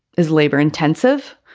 is labor intensive.